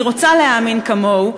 אני רוצה להאמין כמוהו,